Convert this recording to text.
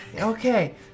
Okay